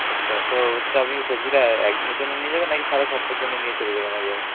আচ্ছা তো হচ্ছে আপনি সবজিটা একদিনের জন্য নিয়ে যাবেন না কি সারা সপ্তাহের জন্য নিয়ে চলে যাবেন একবারে